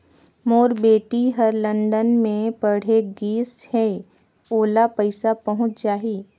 मोर बेटी हर लंदन मे पढ़े गिस हय, ओला पइसा पहुंच जाहि?